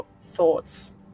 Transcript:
thoughts